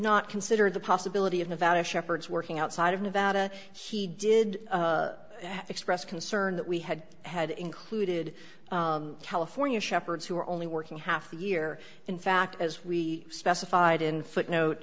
not consider the possibility of nevada shepard's working outside of nevada he did express concern that we had had included california shepherds who were only working half the year in fact as we specified in footnote